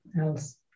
else